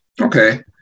Okay